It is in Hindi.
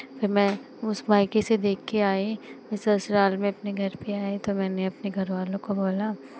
फिर मैं उसे मायके से देख के आए फिर ससुराल में अपने घर पे आए तो मैंने अपने घर वालों को बोला